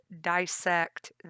dissect